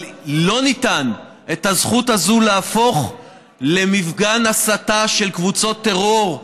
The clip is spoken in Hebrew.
אבל לא ניתן להפוך את הזכות הזאת למפגן הסתה של קבוצות טרור.